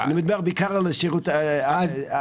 אני מדבר בעיקר על השירות האווירי.